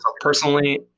personally